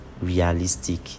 realistic